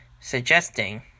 suggesting